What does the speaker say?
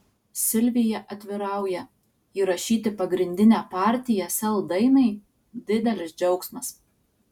silvija atvirauja įrašyti pagrindinę partiją sel dainai didelis džiaugsmas